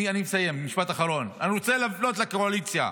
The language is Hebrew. אני מסיים, משפט אחרון, אני רוצה לפנות לקואליציה: